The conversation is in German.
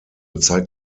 zeigt